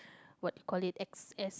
what call it x_s